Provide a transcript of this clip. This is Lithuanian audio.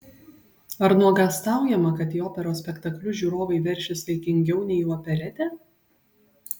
ar nuogąstaujama kad į operos spektaklius žiūrovai veršis saikingiau nei į operetę